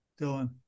Dylan